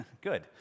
good